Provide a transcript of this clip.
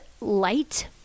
light